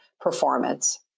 performance